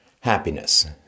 happiness